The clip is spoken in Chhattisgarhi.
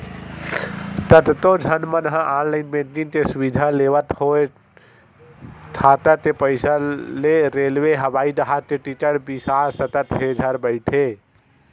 कतको झन मन ह ऑनलाईन बैंकिंग के सुबिधा लेवत होय खाता के पइसा ले रेलवे, हवई जहाज के टिकट बिसा सकत हे घर बइठे